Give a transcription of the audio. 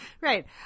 right